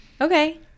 Okay